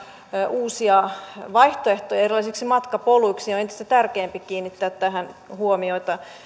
uusia vaihtoehtoja erilaisiksi matkapoluiksi on entistä tärkeämpää kiinnittää tähän huomiota